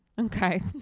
Okay